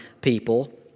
people